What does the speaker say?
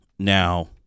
Now